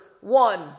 one